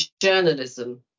journalism